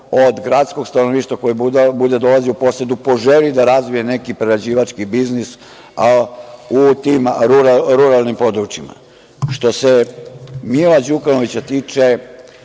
od gradskog stanovništva ko bude dolazio u posetu poželi da razvije neki prerađivački biznis u tim ruralnim područjima. Što se Mila Đukanovića tiče,